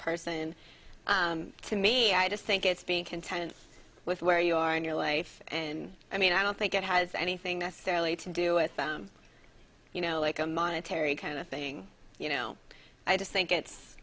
person to me i just think it's being content with where you are in your life and i mean i don't think it has anything necessarily to do with you know like a monetary kind of thing you know i just think it's